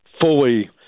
fully